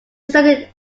studied